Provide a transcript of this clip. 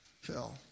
Phil